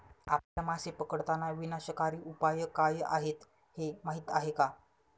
आपल्या मासे पकडताना विनाशकारी उपाय काय आहेत हे माहीत आहे का?